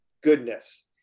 goodness